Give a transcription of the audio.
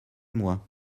moi